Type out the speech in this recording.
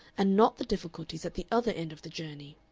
and not the difficulties at the other end of the journey.